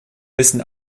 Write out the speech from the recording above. müssen